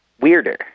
Weirder